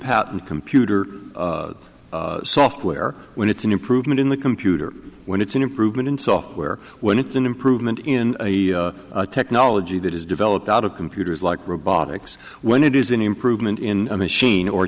patent computer software when it's an improvement in the computer when it's an improvement in software when it's an improvement in the technology that is developed out of computers like robotics when it is an improvement in a machine or